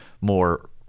more